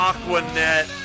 Aquanet